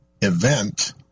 event